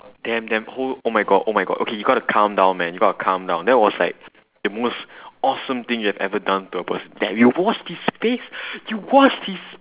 damn damn ho~ oh my god oh my god okay you got to calm down man you got to calm down that was like the most awesome thing you've ever done to a person that you washed his face you washed his